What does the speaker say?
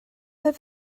oedd